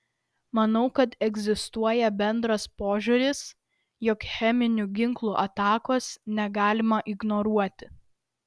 manau kad egzistuoja bendras požiūris jog cheminių ginklų atakos negalima ignoruoti